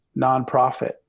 nonprofit